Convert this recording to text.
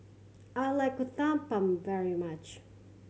I like Uthapam very much